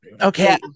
Okay